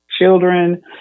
children